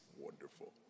wonderful